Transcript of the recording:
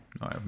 no